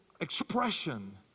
expression